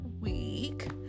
week